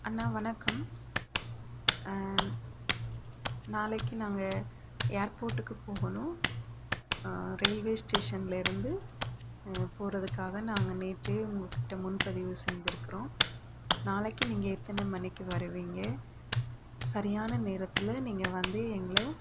அண்ணா வணக்கம் நாளைக்கு நாங்கள் ஏர்போட்டுக்கு போகணும் ரயில்வே ஸ்டேஷனில் இருந்து போகறதுக்காக நாங்கள் நேற்றே உங்கள் கிட்ட முன்பதிவு செஞ்சுருக்குறோம் நாளைக்கி நீங்கள் எத்தனை மணிக்கு வருவீங்க சரியான நேரத்தில் நீங்கள் வந்து எங்களை